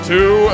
Two